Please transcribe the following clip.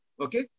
okay